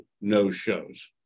no-shows